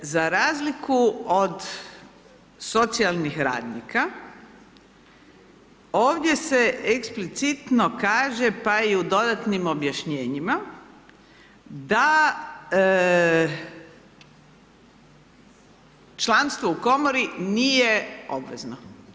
Međutim, za razliku od socijalnih radnika, ovdje se eksplicitno kaže, pa i u dodatnim objašnjenjima da članstvo u Komori nije obvezno.